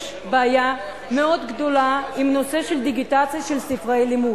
בעיה מאוד גדולה עם הנושא של דיגיטציה של ספרי לימוד.